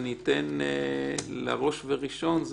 אתן לראש וראשון,